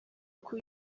uko